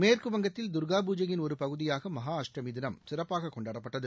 மேற்குவங்கத்தில் தர்கா பூஸஜயின் ஒரு பகுதியாக மகா அஷ்டமி தினம் சிறப்பாக கொண்டாடப்பட்டது